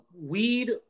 weed